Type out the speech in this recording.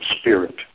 spirit